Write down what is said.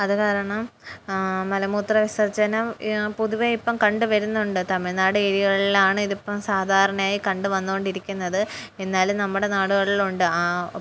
അത് കാരണം മലമൂത്ര വിസർജ്ജനം പൊതുവെ ഇപ്പം കണ്ടു വരുന്നുണ്ട് തമിഴ്നാട് ഏരിയകളിലാണ് ഇതിപ്പം സാധാരണയായി കണ്ടു വന്നു കൊണ്ടിരിക്കുന്നത് എന്നാലും നമ്മുടെ നാടുകളിലുണ്ട് ആ